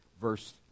verse